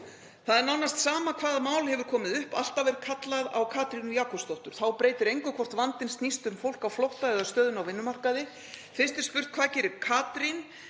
Það er nánast sama hvaða mál hefur komið upp. Alltaf er kallað á Katrínu Jakobsdóttur. Þá breytir engu hvort vandinn snýst um fólk á flótta eða stöðuna á vinnumarkaði. Fyrst er spurt: Hvað gerir Katrín?